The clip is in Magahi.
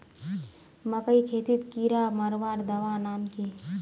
मकई खेतीत कीड़ा मारवार दवा नाम की?